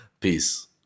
peace